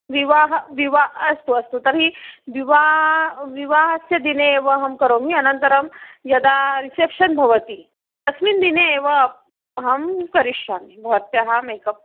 विवाहः विवाहः अस्तु अस्तु तर्हि विवाहः विवाहस्य दिने एव अहं करोमि अनन्तरं यदा रिसेप्षन् भवति तस्मिन् दिने एव अहं करिष्यामि भवत्याः मेकप्